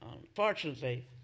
unfortunately